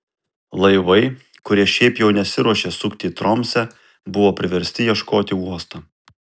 laivai kurie šiaip jau nesiruošė sukti į tromsę buvo priversti ieškoti uosto